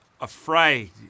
afraid